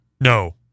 No